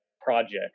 project